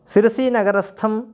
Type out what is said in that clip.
सिरसीनगरस्थं